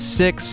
six